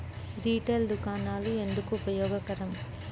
Retail దుకాణాలు ఎందుకు ఉపయోగకరం?